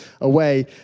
away